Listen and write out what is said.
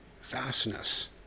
vastness